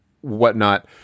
whatnot